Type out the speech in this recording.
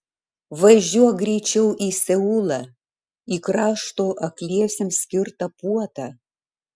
važiuok greičiau į seulą į krašto akliesiems skirtą puotą